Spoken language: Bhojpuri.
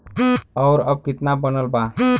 और अब कितना बनल बा?